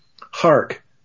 Hark